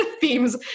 themes